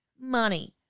Money